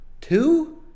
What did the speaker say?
Two